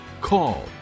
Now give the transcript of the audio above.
call